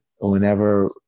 whenever